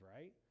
right